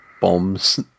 bombs